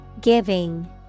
Giving